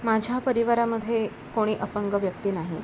माझ्या परिवारामध्ये कोणी अपंग व्यक्ती नाही